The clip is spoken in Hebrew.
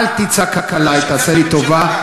אל תצעק עלי, תעשה לי טובה.